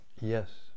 Yes